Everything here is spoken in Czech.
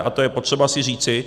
A to je potřeba si říci.